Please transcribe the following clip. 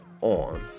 on